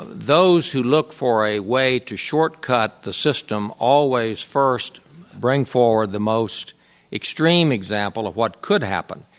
those who look for a way to short-cut the system always first bring forward the most extreme example of what could happen.